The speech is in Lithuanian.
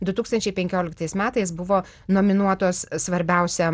du tūkstančiai penkioliktais metais buvo nominuotos svarbiausiam